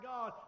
God